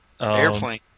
airplane